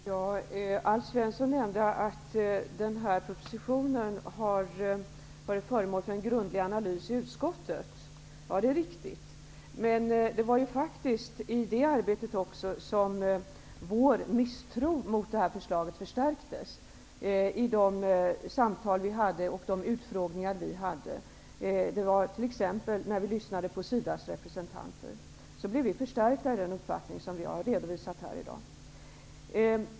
Herr talman! Alf Svensson nämnde att propositionen har varit föremål för en grundlig analys i utskottet. Det är riktigt. Men det var faktiskt i det arbetet som vår misstro mot förslaget förstärktes genom de samtal och de utfrågningar som ägde rum. När vi t.ex. lyssnade till SIDA:s representanter blev vi stärkta i den uppfattning som jag har redovisat här i dag.